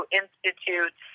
institute